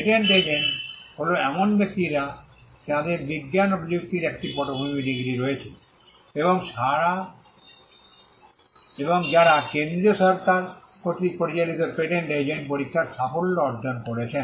patent agent হল এমন ব্যক্তিরা যাঁদের বিজ্ঞান ও প্রযুক্তির একটি পটভূমি ডিগ্রি রয়েছে এবং যারা কেন্দ্রীয় সরকার কর্তৃক পরিচালিত পেটেন্ট এজেন্ট পরীক্ষার সাফল্য অর্জন করেছেন